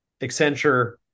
Accenture